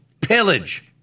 pillage